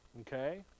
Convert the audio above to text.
Okay